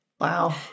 Wow